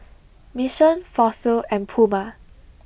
mission fossil and puma